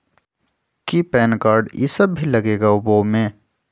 कि PAN card इ सब भी लगेगा वो में?